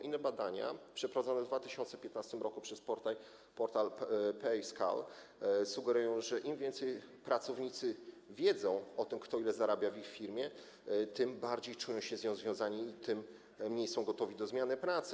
Inne badania przeprowadzone w 2015 r. przez portal PayScale sugerują, że im więcej pracownicy wiedzą o tym, kto ile zarabia w ich firmie, tym bardziej czują się z nią związani i tym mniej są gotowi do zmiany pracy.